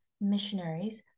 missionaries